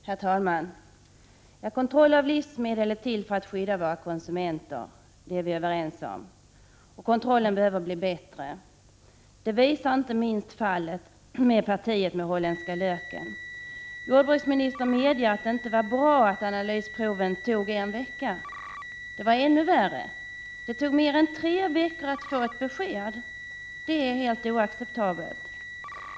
Herr talman! Vi är överens om att kontroll av livsmedel är till för att skydda våra konsumenter. Men kontrollen behöver bli bättre. Det visar inte minst fallet med partiet med den holländska löken. Jordbruksministern medger att det inte var bra att analysproven tog en vecka. Men det var ännu värre! Det tog mer än tre veckor att få ett besked. Det är helt oacceptabelt.